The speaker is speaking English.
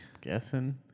Guessing